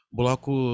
bloco